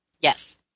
Yes